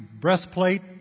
breastplate